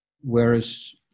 Whereas